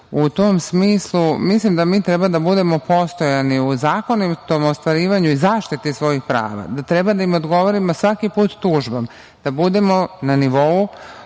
U tom smislu, mislim da mi treba da budemo postojani u zakonitom ostvarivanju i zaštiti svojih prava, da treba da im odgovorimo svaki put tužbom, da budemo na nivou